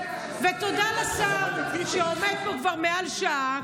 ותודה לשר שעומד פה כבר מעל לשעה,